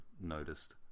noticed